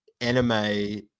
anime